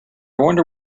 wonder